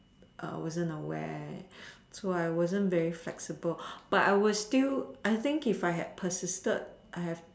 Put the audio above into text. wasn't aware so I wasn't very flexible but I was still I think if I have persisted